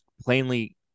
plainly